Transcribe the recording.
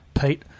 Pete